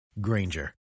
Granger